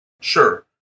sure